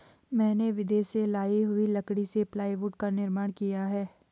मैंने विदेश से लाई हुई लकड़ी से प्लाईवुड का निर्माण किया है